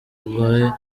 rwa